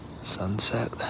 sunset